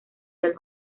del